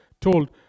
told